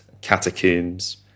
catacombs